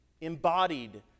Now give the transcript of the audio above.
embodied